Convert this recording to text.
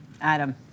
Adam